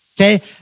okay